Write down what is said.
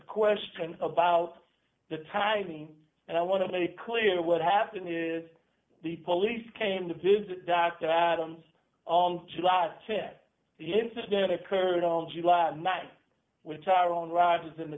question about the timing and i want to make it clear what happened is the police came to visit dr adams on july th the incident occurred on july th with tyrone rides and the